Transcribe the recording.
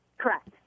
Correct